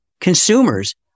consumers